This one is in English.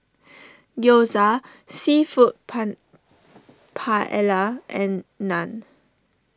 Gyoza Seafood Pen Paella and Naan